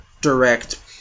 direct